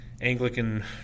Anglican